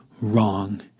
wrong